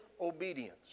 obedience